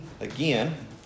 Again